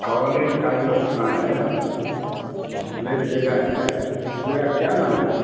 college का जो स्थान है जिस प्लेस जगह है उस जगह क्या नाम है